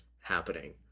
happening